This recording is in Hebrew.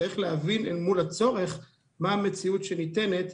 צריך להבין מול הצורך מה המציאות שניתנת.